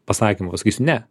pasakymu pasakysiu ne